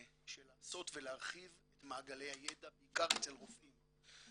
של לעשות ולהרחיב את מעגלי הידע בעיקר אצל רופאים.